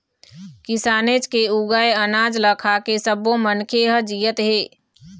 किसानेच के उगाए अनाज ल खाके सब्बो मनखे ह जियत हे